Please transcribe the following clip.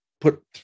put